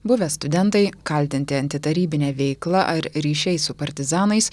buvę studentai kaltinti antitarybine veikla ar ryšiais su partizanais